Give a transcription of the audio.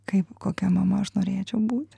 kaip kokia mama aš norėčiau būti